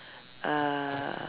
err